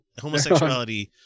homosexuality